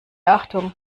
achtung